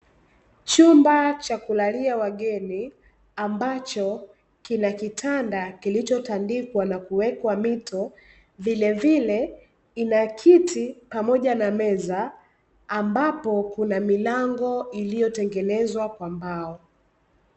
Chumba cha kulalia wageni, ambacho kina kitanda kilichotandikwa na kuwekwa mito, vilevile kina kiti pamoja na meza, ambapo kuna milango iliyotengenezwa kwa mbao.